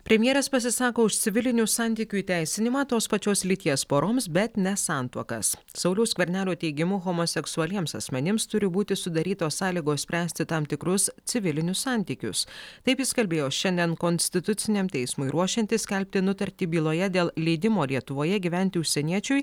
premjeras pasisako už civilinių santykių įteisinimą tos pačios lyties poroms bet ne santuokas sauliaus skvernelio teigimu homoseksualiems asmenims turi būti sudarytos sąlygos spręsti tam tikrus civilinius santykius taip jis kalbėjo šiandien konstituciniam teismui ruošiantis skelbti nutartį byloje dėl leidimo lietuvoje gyventi užsieniečiui